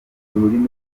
ururimi